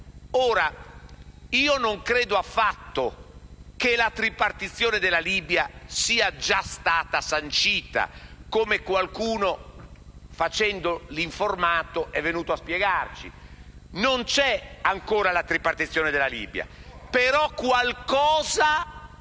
Libia. Io non credo affatto che la tripartizione della Libia sia già stata sancita, come qualcuno, facendo l'informato, è venuto a spiegarci. La tripartizione della Libia non c'è ancora.